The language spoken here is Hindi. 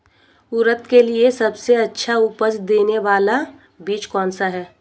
उड़द के लिए सबसे अच्छा उपज देने वाला बीज कौनसा है?